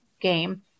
game